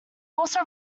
also